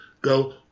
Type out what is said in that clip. go